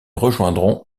rejoindront